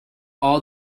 all